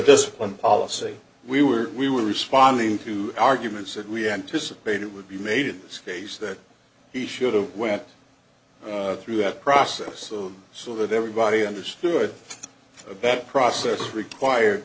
discipline policy we were we were responding to arguments that we anticipated would be made in this case that he should have went through have process so that everybody understood that process was required